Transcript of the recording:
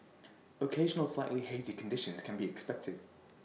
occasional slightly hazy conditions can be expected